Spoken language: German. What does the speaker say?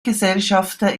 gesellschafter